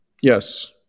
Yes